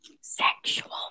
sexual